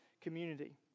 community